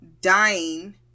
dying